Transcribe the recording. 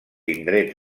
indrets